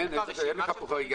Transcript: הינה, אין לך פה חריגה.